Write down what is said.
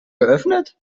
geöffnet